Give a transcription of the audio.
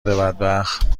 بدبخت